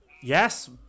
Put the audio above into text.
Yes